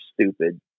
stupid